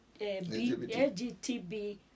LGBT